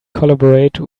collaborate